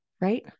right